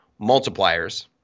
multipliers